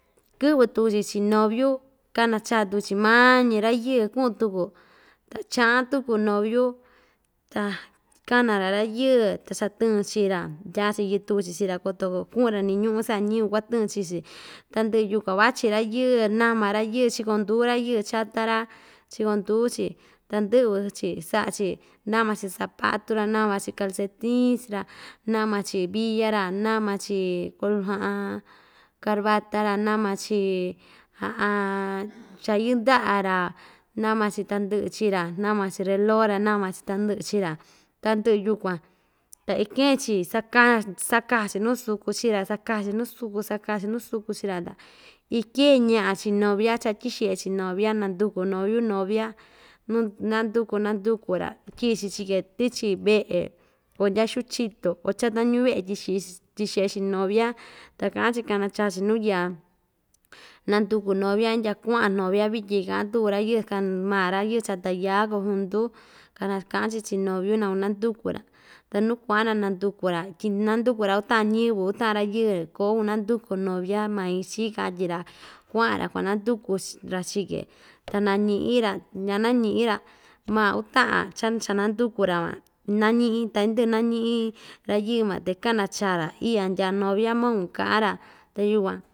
Kɨꞌvɨ tuku‑chi chii noviu kanachaa tuku‑chi mañi rayɨɨ kuꞌun tuku ta chaꞌan tuku noviu ta kana‑ra rayɨɨ ta cha tɨɨn chii‑ra ndyaa‑chi yɨtu‑chi chii‑ra koto kuꞌun‑ra nuu ñuꞌun saꞌa ñiyɨvɨ kuatɨɨn chii‑chi ta ndɨꞌɨ yukuan vachi rayɨɨ nama rayɨɨ chikondu rayɨɨ chata‑ra chikonduu‑chi ta ndɨꞌvɨ‑chi saꞌa‑chi nama‑chi zapatu‑ra nama‑chi calcetin‑ra nama‑chi via‑ra nama‑chi kuu carbata‑ra nama‑chi cha yɨꞌɨ ndaꞌa‑ra nama‑chi tandɨꞌɨ chii‑ra nama‑chi relo‑ra nama‑chi tandɨꞌɨ chii‑ra tandɨꞌɨ yukuan ta ike‑chi sakan‑chi sakaa‑chi nuu sukun chii‑ra saka‑chi nuu sukun saka‑chi nuu sukun chii‑ra ta ityeen ñaꞌa chii novia ichatyixeꞌe‑chi novia nanduku noviu novia nu nanduku nanduku‑ra tyiꞌi‑chi chii‑ke tichi veꞌe o ndya xuu chito o chata ñuveꞌe tyixiꞌi tyixeꞌe‑chi novia ta kaꞌan‑chi kana chaa‑chi nuu yaa nanduku novia indya kuaꞌan novia nityin kaꞌan tuku rayɨɨ san maa‑ra yɨɨ chata yaa kojuntu ta nakaꞌan‑chi chii noviu na kunanduku‑ra ta nuu kuaꞌa‑ra nanduku‑ra tyi nanduku‑ra uu taꞌan ñiyɨvɨ utaꞌan rayɨɨ koꞌo kunanduku novia main chii katyi‑ra kuaꞌa‑ra kuananduku‑ch ra chii‑ke ta nañiꞌi‑ra ñanañiꞌi‑ra maa uutaꞌan chan chananduku‑ra van inañiꞌi ta indɨꞌɨ inañiꞌin rayɨɨ‑van ta ikana chaa‑ra iꞌya ndyaa novia maun kaꞌan‑ra ta yukuan.